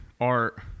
art